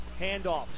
handoff